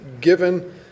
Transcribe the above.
given